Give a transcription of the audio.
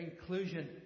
inclusion